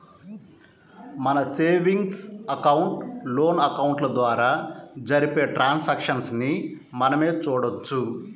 మన savings account, loan అకౌంట్ల ద్వారా జరిపే ట్రాన్సాక్షన్స్ ని మనమే చూడొచ్చు